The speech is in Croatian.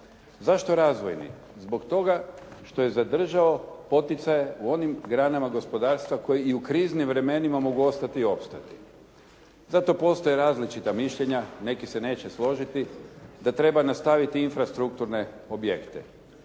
Zašto razvojni? Zbog toga što je zadržao poticaje u onim granama gospodarstva koje i u kriznim vremenima mogu ostati i opstati. Zato postoje različita mišljenja, neki se neće složiti da treba nastaviti infrastrukturne objekte.